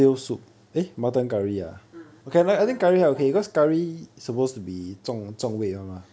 ah